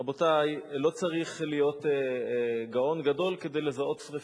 רבותי, לא צריך להיות גאון גדול כדי לזהות שרפה.